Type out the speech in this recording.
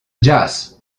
jazz